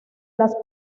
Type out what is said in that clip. las